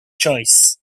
choice